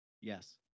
Yes